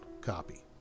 copy